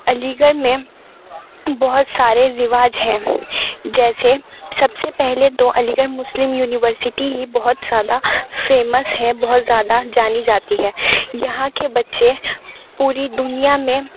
علی گڑھ میں بہت سارے رواج ہیں جیسے سب سے پہلے تو علی گڑھ مسلم یونیورسٹی ہی بہت زیادہ فیمس ہے بہت زیادہ جانی جاتی ہے یہاں کے بچے پوری دنیا میں